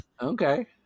Okay